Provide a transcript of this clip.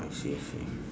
I see I see